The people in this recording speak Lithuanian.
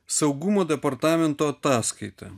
saugumo departamento ataskaita